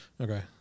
Okay